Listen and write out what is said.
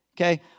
Okay